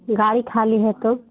गाड़ी खाली है तो